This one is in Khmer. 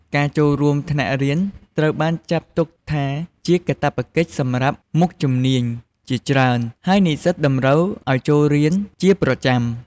ការចូលរួមថ្នាក់រៀនត្រូវបានចាត់ទុកថាជា កាតព្វកិច្ចសម្រាប់មុខវិជ្ជាជាច្រើន ហើយនិស្សិតតម្រូវឱ្យចូលរៀនជាប្រចាំ។